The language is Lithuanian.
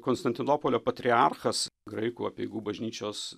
konstantinopolio patriarchas graikų apeigų bažnyčios